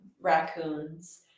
raccoons